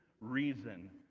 reason